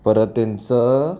परत त्यांचं